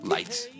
Lights